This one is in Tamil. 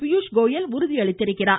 பியூஷ் கோயல் உறுதியளித்துள்ளார்